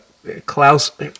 klaus